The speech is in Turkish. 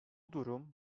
durum